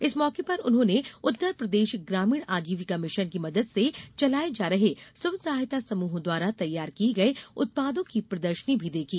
इस मौके पर उन्होंने उत्तर प्रदेश ग्रामीण आजीविका मिशन की मदद से चलाए जा रहे स्व सहायता समूहों द्वारा तैयार किए गए उत्पादों की प्रदर्शनी भी देखी